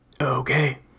Okay